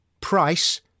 price